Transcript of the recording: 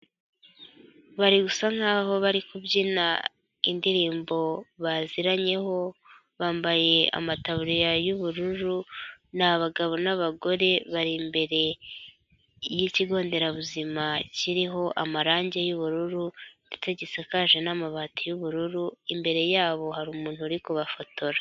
Bari gusa nk'aho bari kubyina indirimbo baziranyeho, bambaye amataburiya y'ubururu, ni abagabo nabagore bari imbere yikigo nderabuzima kiriho amarangi yubururu, ndetse gisakaje na'amabati y'ubururu, imbere yabo hari umuntu uri kubafotora.